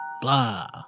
blah